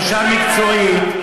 אישה מקצועית,